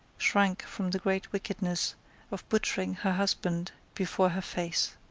shrank from the great wickedness of butchering her husband before her face.